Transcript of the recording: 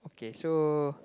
okay so